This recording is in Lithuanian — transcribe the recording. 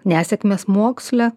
nesėkmės moksle